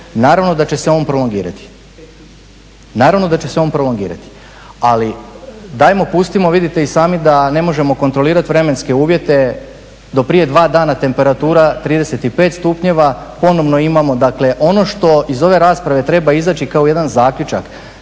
naravno da će se on prolongirati, naravno da će se on prolongirati. Ali dajmo, pustimo, vidite i sami da ne možemo kontrolirati vremenske uvjete, do prije dva dana temperatura 35 stupnjeva, ponovno imamo, ono što iz ove rasprave treba izaći kao jedan zaključak.